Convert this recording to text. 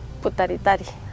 Putaritari